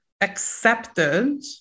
accepted